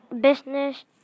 business